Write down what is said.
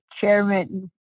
chairman